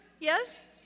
Yes